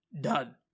done